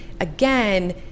again